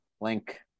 Link